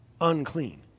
unclean